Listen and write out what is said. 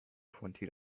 twenty